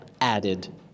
added